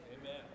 Amen